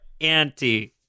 anti